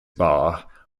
bar